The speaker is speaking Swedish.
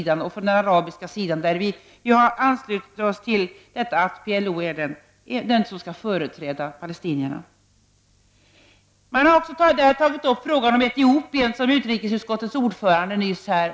Där har vi anslutit oss till uppfattningen att det är PLO som skall företräda palestinierna. De har vidare tagit upp frågan om Etiopien, som utrikesutskottets ordförande nyss nämnde.